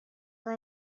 are